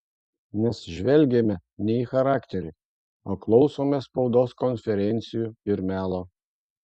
nes žvelgiame ne į charakterį o klausomės spaudos konferencijų ir melo